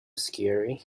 scary